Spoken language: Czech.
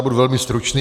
Já budu velmi stručný.